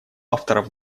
авторов